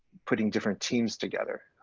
putting different teams together.